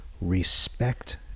respect